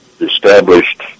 established